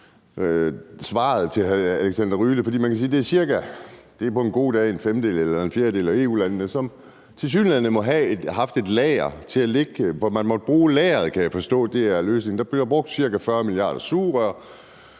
svaret til hr. Alexander Ryle. For man kan sige, at på en god dag er det cirka en femtedel eller en fjerdedel af EU-landene, som tilsyneladende må have haft et lager til at ligge, for man måtte bruge lageret, kan jeg forstå. Der bliver brugt cirka 40 milliarder sugerør,